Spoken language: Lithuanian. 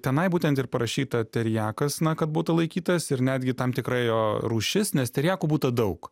tenai būtent ir parašyta teriakas na kad būtų laikytas ir netgi tam tikra jo rūšis nes teriakų būta daug